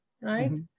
right